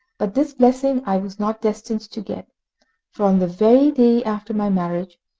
but this blessing i was not destined to get for on the very day after my marriage,